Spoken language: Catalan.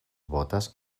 botes